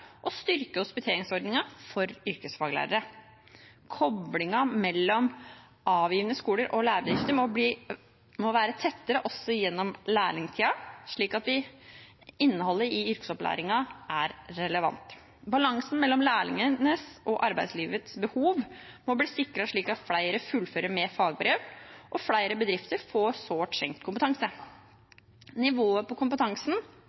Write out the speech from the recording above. og styrke hospiteringsordningen for yrkesfaglærere. Koplingen mellom avgivende skoler og lærebedrifter må være tettere også gjennom lærlingtiden, slik at innholdet i yrkesopplæringen er relevant. Balansen mellom lærlingenes og arbeidslivets behov må bli sikret slik at flere fullfører med fagbrev og flere bedrifter får sårt tiltrengt kompetanse. Nivået på kompetansen